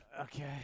Okay